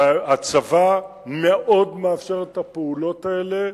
הצבא מאפשר מאוד את הפעולות האלה,